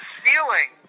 ceiling